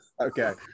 Okay